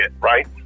right